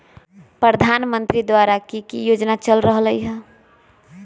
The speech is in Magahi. प्रधानमंत्री द्वारा की की योजना चल रहलई ह?